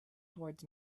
towards